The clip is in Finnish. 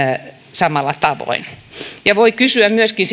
samalla tavoin ja voi kysyä myöskin